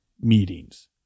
meetings